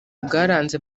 bwaranze